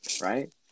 Right